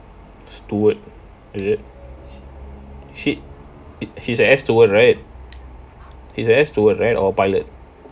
steward is it shit he's an air steward right he is a air steward right or pilot